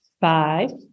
five